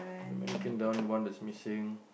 the mannequin down one is missing